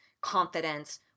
confidence